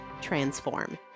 transform